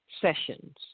sessions